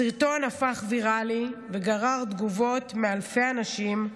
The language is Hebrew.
הסרטון הפך ויראלי, וגרר תגובות מאלפי אנשים,